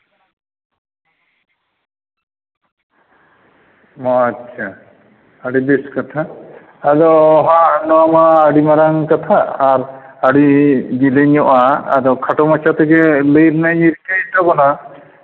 ᱟᱪᱪᱷᱟ ᱟᱹᱰᱤ ᱵᱮᱥ ᱠᱟᱛᱷᱟ ᱟᱫᱚ ᱦᱟᱸᱜ ᱱᱚᱣᱟ ᱢᱟ ᱟᱹᱰᱤ ᱢᱟᱨᱟᱝ ᱠᱟᱛᱷᱟ ᱟᱨ ᱟᱹᱰᱤ ᱡᱮᱞᱮᱧᱚᱜᱼᱟ ᱟᱫᱚ ᱠᱷᱟᱴᱚ ᱢᱟᱪᱷᱟ ᱛᱮᱜᱮ ᱞᱟᱹᱭ ᱨᱮᱱᱟᱜ ᱤᱧ ᱨᱤᱠᱟᱹᱭ ᱛᱟᱵᱚᱱᱟ